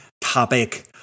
topic